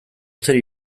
zer